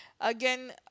Again